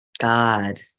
God